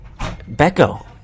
Becco